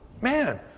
Man